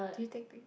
do you think